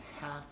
half